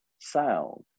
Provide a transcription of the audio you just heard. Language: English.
sound